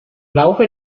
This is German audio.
laufe